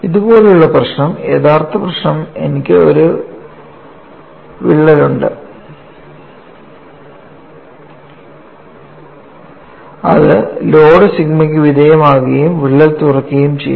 ഇതുപോലുള്ള പ്രശ്നം യഥാർത്ഥ പ്രശ്നം എനിക്ക് ഒരു വിള്ളലുണ്ട് അത് ലോഡ് സിഗ്മയ്ക്ക് വിധേയമാക്കുകയും വിള്ളൽ തുറക്കുകയും ചെയ്യുന്നു